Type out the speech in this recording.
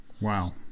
Wow